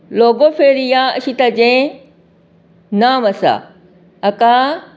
लोगोफेरीया अशें ताजें नांव आसा हाका